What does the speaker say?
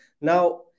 Now